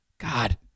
God